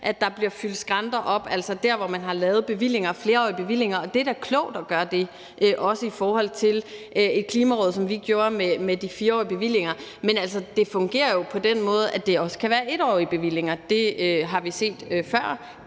at der bliver fyldt skrænter op der, hvor man har lavet flerårige bevillinger. Og det er da klogt at gøre det, også i forhold til Klimarådet, hvor vi gjorde det med de 4-årige bevillinger. Men det fungerer jo på den måde, at det også kan være 1-årige bevillinger; det har vi set før,